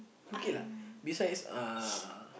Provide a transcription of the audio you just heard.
okay lah besides uh